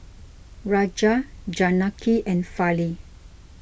Raja Janaki and Fali